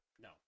No